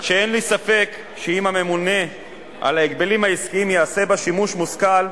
ואין לי ספק שאם הממונה על הגבלים עסקיים יעשה בה שימוש מושכל,